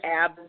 ab